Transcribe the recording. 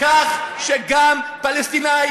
כך שגם פלסטיני,